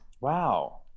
Wow